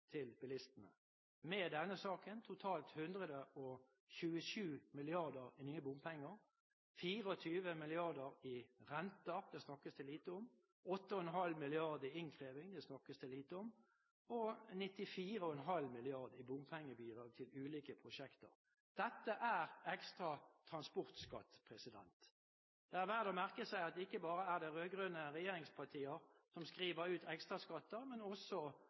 Med denne saken blir det totalt 127 mrd. kr i nye bompenger, 24 mrd. kr i renter – det snakkes det lite om – 8,5 mrd. kr i innkreving – det snakkes det lite om – og 94,5 mrd. kr i bompengebidrag til ulike prosjekter. Dette er ekstra transportskatt. Det er verdt å merke seg at det ikke bare er rød-grønne regjeringspartier som skriver ut ekstraskatter. Også